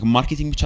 Marketing